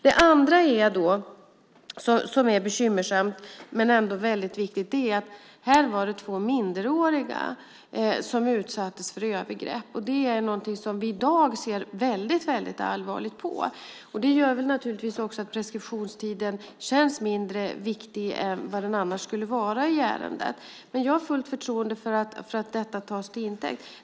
Det andra som är bekymmersamt men ändå väldigt viktigt är att det var två minderåriga som utsattes för övergrepp. Det är någonting som vi i dag ser väldigt allvarligt på. Det gör också att preskriptionstiden känns mindre viktig än vad den annars skulle vara i ärendet. Jag har fullt förtroende för att man beaktar det.